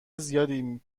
زیادی